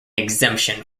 exemption